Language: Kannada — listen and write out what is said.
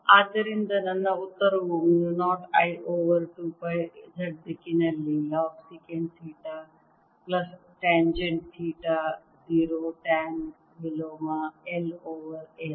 ಆದ್ದರಿಂದ ನನ್ನ ಉತ್ತರವು mu 0 I over 2 pi Z ದಿಕ್ಕಿನಲ್ಲಿ log secant theta plus tangent theta 0 tan ವಿಲೋಮ L ಓವರ್ S